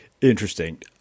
Interesting